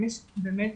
אם יש באמת